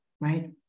right